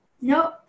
Nope